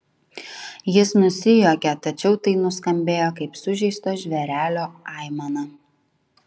jis nusijuokė tačiau tai nuskambėjo kaip sužeisto žvėrelio aimana